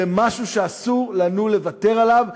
זה משהו שאסור לנו לוותר עליו,